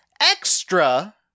extra